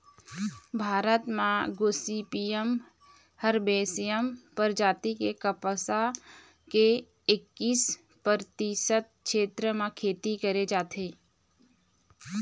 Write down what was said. भारत म गोसिपीयम हरबैसियम परजाति के कपसा के एक्कीस परतिसत छेत्र म खेती करे जाथे